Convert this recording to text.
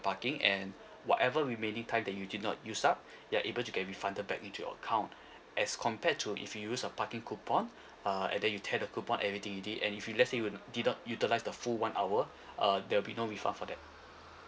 parking and whatever remaining time that you did not use up they are able to get refunded back into your account as compared to if you use a parking coupon uh and then you tell the coupon everything you did and if you let say you didn't utilize the full one hour err there'll be no refund for that